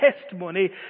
testimony